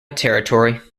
territory